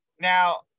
Now